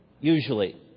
Usually